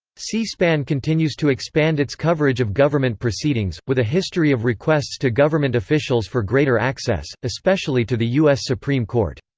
c-span continues to expand its coverage of government proceedings, with a history of requests to government officials for greater access, especially to the u s. supreme court.